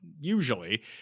Usually